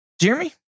Jeremy